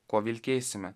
kuo vilkėsime